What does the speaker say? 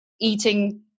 eating